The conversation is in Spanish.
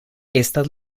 estas